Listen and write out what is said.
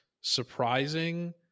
surprising